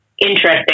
interesting